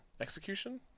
Execution